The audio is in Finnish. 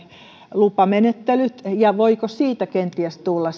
lupamenettelyt ja voiko siitä kenties tulla